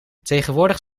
tegenwoordig